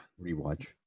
rewatch